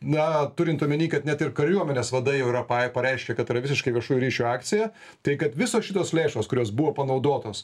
na turint omeny kad net ir kariuomenės vadai jau yra pa pareiškę kad tai yra visiškai viešųjų ryšių akcija tai kad visos šitos lėšos kurios buvo panaudotos